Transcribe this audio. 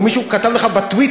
או מישהו כתב לך בטוויטר,